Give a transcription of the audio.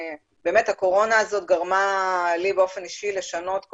הקורונה הזו גרמה לי באופן אישי לשנות כל